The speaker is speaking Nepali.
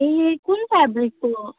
ए कुन फेब्रिकको